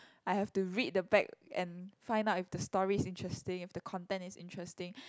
I have to read the back and find out if the story is interesting if the content is interesting